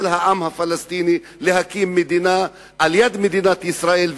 העם הפלסטיני להקים מדינה ליד מדינת ישראל,